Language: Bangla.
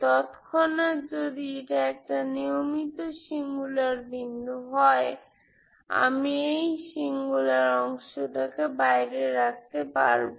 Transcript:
তৎক্ষণাৎ যদি এটা একটা নিয়মিত সিঙ্গুলার বিন্দু হয় আমি এই সিঙ্গুলার অংশটাকে বাইরে রাখতে পারবো